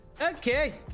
Okay